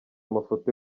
amafoto